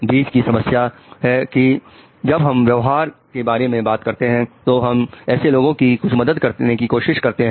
बीच की समस्या है कि जब हम व्यवहार के बारे में बात करते हैं तो हम ऐसे लोगों की कुछ मदद करने की कोशिश करते हैं